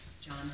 John